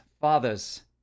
Fathers